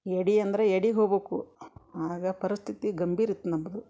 ಎಡಿ ಅಂದ್ರೆ ಎಡಿ ಹೋಗ್ಬಕು ಆಗ ಪರಿಸ್ಥಿತಿ ಗಂಭೀರ ಇತ್ತು ನಮ್ಮದು